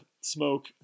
smoke